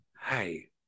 hey